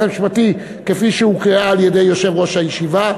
המשפטי כפי שהוקראה על-ידי יושב ראש הישיבה,